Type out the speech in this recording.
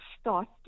start